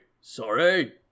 sorry